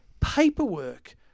paperwork